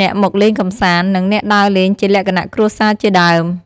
អ្នកមកលេងកម្សាន្ត និងអ្នកដើរលេងជាលក្ខណៈគ្រួសារជាដើម។